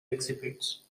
exhibits